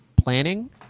planning